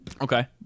Okay